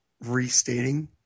restating